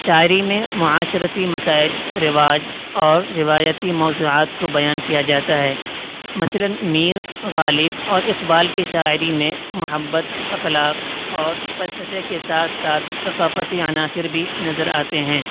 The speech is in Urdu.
شاعری میں معاشرتی مسائل رواج اور روایتی موضوعات کو بیان کیا جاتا ہے مثلاً میر غالب اور اقبال کی شاعری میں محبت اخلاق اور فلسفے کے ساتھ ساتھ ثقافتی عناصر بھی نظر آتے ہیں